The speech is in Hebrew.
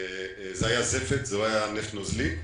זה היה זפת, זה לא היה נפט נוזלי.